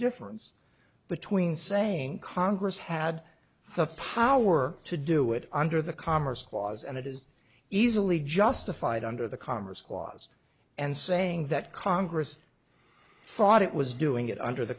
difference between saying congress had the power to do it under the commerce clause and it is easily justified under the commerce clause and saying that congress thought it was doing it under the